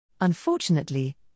Unfortunately